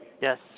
Yes